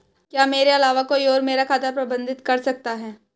क्या मेरे अलावा कोई और मेरा खाता प्रबंधित कर सकता है?